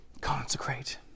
Consecrate